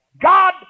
God